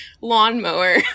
lawnmower